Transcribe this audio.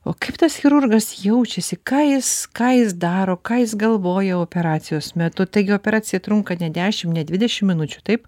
o kaip tas chirurgas jaučiasi ką jis ką jis daro ką jis galvoja operacijos metu taigi operacija trunka ne dešimt ne dvidešimt minučių taip